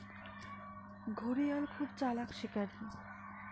ঘড়িয়াল খুব চালাক শিকারী